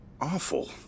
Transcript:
awful